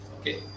Okay